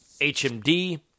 HMD